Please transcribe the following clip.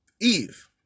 Eve